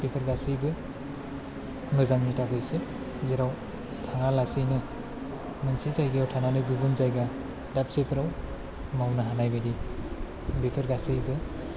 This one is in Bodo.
बेफोर गासिबो मोजांनि थाखाइसो जेराव थाङालासैनो मोनसे जायगायाव थानानै गुबुन जायगा दाबसेफोराव मावनो हानाय बाइदि बेफोर गासैबो